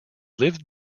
lived